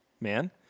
man